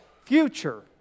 future